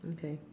okay